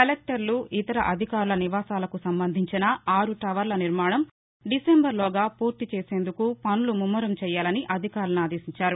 కలెక్టర్లు ఇతర అధికారుల నివాసాలకు సంబంధించిన ఆరు టవర్ల నిర్మాణం డిసెంబర్లోగా పూర్తి చేసేందుకు పనులు ముమ్మరం చేయాలని అధికారులను ఆదేశించారు